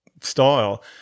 style